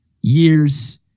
years